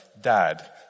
dad